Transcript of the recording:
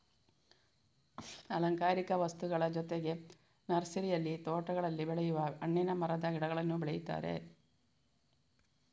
ಅಲಂಕಾರಿಕ ಸಸ್ಯಗಳ ಜೊತೆಗೆ ನರ್ಸರಿಯಲ್ಲಿ ತೋಟಗಳಲ್ಲಿ ಬೆಳೆಯುವ ಹಣ್ಣಿನ ಮರದ ಗಿಡಗಳನ್ನೂ ಬೆಳೆಯುತ್ತಾರೆ